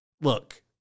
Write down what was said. look